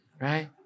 right